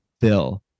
bill